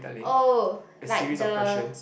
oh like the